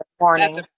morning